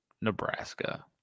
Nebraska